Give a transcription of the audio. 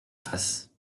face